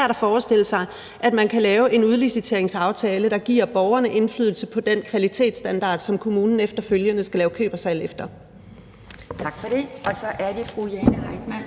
er svært at forestille sig, at man kan lave en udliciteringsaftale, der giver borgerne indflydelse på den kvalitetsstandard, som kommunen efterfølgende skal lave køb og salg efter. Kl. 10:21 Anden næstformand